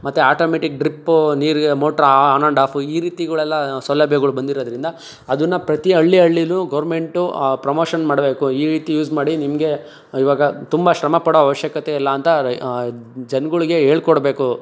ಮತ್ತು automatic drip ನೀರಿಗೆ motor on and off ಈ ರೀತಿಗಳೆಲ್ಲ ಸೌಲಭ್ಯಗಳು ಬಂದಿರೋದ್ರಿಂದ ಅದನ್ನ ಪ್ರತಿ ಹಳ್ಳಿ ಹಳ್ಳಿಲು ಗೌರ್ಮೆಂಟು ಪ್ರಮೋಷನ್ ಮಾಡಬೇಕು ಈ ರೀತಿ ಯೂಸ್ ಮಾಡಿ ನಿಮಗೆ ಇವಾಗ ತುಂಬ ಶ್ರಮ ಪಡೋ ಅವಶ್ಯಕತೆ ಇಲ್ಲ ಅಂತ ರೈ ಜನಗಳಿಗೆ ಹೇಳ್ಕೊಡಬೇಕು